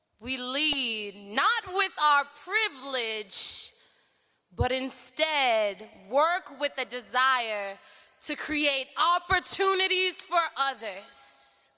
we lead not with our privilege but instead work with a desire to create opportunities for others.